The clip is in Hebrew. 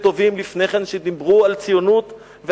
שאמרו שהיו רבים וטובים לפני כן שדיברו על ציונות ועלייה,